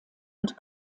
und